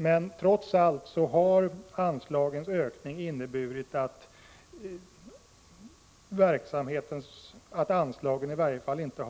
Men trots allt har anslagen i varje fall inte